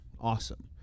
awesome